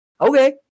Okay